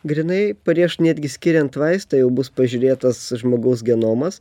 grynai prieš netgi skiriant vaistą jau bus pažiūrėtas žmogaus genomas